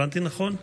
הבנתי נכון?